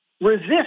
resist